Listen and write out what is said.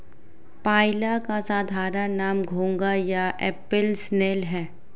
पाइला का साधारण नाम घोंघा या एप्पल स्नेल है